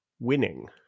winning